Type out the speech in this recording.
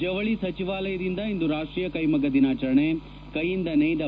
ಜವಳಿ ಸಚಿವಾಲಯದಿಂದ ಇಂದು ರಾಷ್ಟ್ರೀಯ ಕೈಮಗ್ಗ ದಿನಾಚರಣೆ ಕೈಯಿಂದ ನೇಯ್ದ